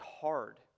hard